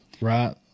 Right